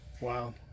Wow